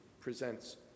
presents